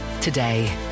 today